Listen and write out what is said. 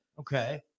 Okay